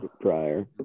prior